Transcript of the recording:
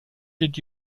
did